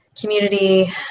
community